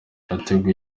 yateguye